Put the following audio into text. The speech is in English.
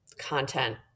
Content